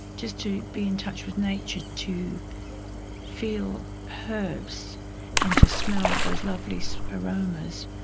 just to be in touch with nature, to feel herbs and to smell those lovely so aromas.